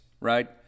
right